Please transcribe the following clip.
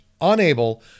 unable